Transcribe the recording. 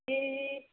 है